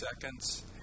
seconds